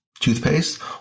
toothpaste